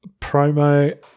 promo